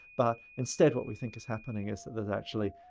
but instead what we think is happening is that there's actually,